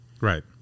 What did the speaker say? Right